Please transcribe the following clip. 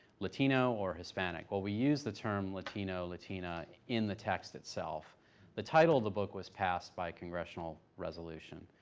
latino or hispanic? well, we use the term latino latina in the text itself the title of the book was passed by congressional resolution,